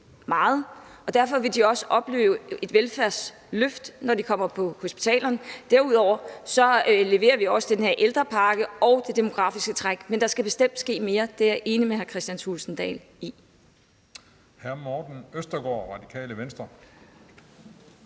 derfor vil de også opleve et velfærdsløft, når de kommer på hospitalet. Derudover leverer vi også den her ældrepakke, og vi leverer i forhold til det demografiske træk, men der skal bestemt ske mere – det er jeg enig med hr. Kristian Thulesen Dahl i.